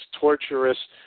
torturous